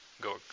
go